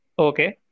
Okay